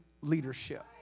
leadership